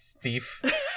Thief